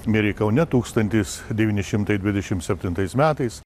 mirė kaune tūkstantis devyni šimtai dvidešim septintais metais